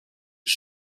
its